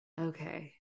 okay